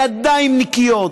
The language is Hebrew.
ידיים נקיות,